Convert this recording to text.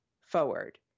forward